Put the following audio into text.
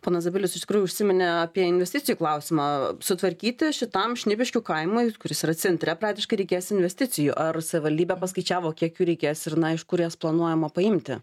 ponas zabilius iš tikrųjų užsiminė apie investicijų klausimą sutvarkyti šitam šnipiškių kaimui kuris yra centre praktiškai reikės investicijų ar savivaldybė paskaičiavo kiek jų reikės ir na iš kur jas planuojama paimti